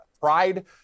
pride